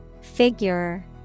Figure